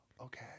Okay